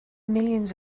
millions